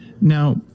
Now